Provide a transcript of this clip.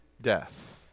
death